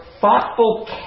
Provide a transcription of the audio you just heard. thoughtful